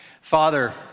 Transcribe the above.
Father